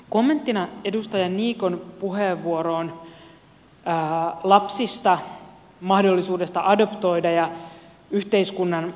kommentti edustaja niikon puheenvuoroon lapsista mahdollisuudesta adoptoida ja yhteiskunnan kokonaisedusta